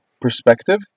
perspective